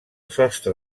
sostre